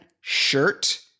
Shirt